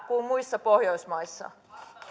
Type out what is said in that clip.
kuin muissa pohjoismaissa